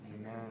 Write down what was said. Amen